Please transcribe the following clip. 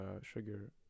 sugar